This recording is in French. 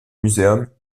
museum